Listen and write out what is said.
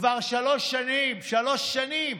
כבר שלוש שנים, שלוש שנים